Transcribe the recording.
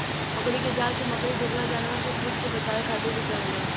मकड़ी के जाल से मकड़ी दोसरा जानवर से खुद के बचावे खातिर भी करेले